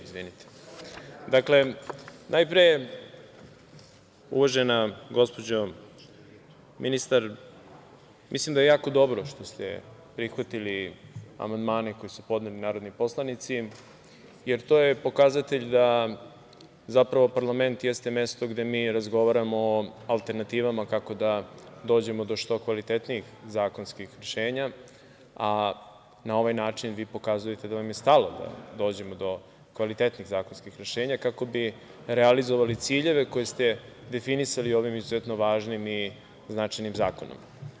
Dakle, najpre uvažena gospođo ministar, mislim da je jako dobro što ste prihvatili amandmane koje su podneli narodni poslanici, jer to je pokazatelj da zapravo parlament jeste mesto gde mi razgovaramo o alternativama kako da dođemo do što kvalitetnijih zakonskih rešenja, a na ovaj način vi pokazujete da vam je stalo da dođemo do kvalitetnih zakonskih rešenja kako bi realizovali ciljeve koje ste definisali ovim izuzetno važnim i značajnim zakonom.